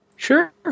Sure